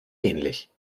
ähnlich